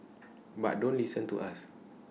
but don't listen to us